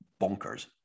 bonkers